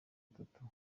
atatu